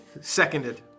seconded